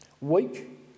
weak